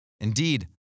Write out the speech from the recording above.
Indeed